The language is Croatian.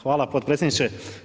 Hvala podpredsjedniče.